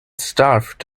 starved